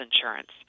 insurance